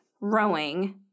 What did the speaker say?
rowing